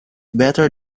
better